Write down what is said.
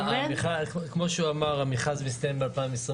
כמו שהוא אמר, המכרז יסתיים ב-2023.